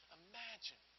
imagine